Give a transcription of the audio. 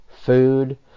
food